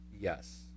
Yes